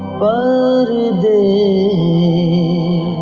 burn the